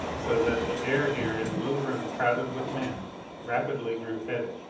so that the air here in the little room crowded with men rapidly grew fetid.